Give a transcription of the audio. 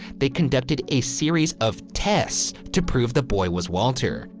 they conducted a series of tests to prove the boy was walter.